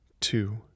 Two